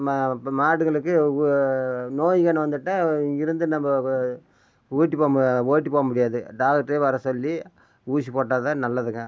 ம இப்போ மாடுகளுக்கு நோய்கன்னு வந்துட்டால் இருந்து நம்ம ஊட்டிப்போம ஓட்டி போகமுடியாது டாக்டரே வர சொல்லி ஊசி போட்டால்தான் நல்லதுங்க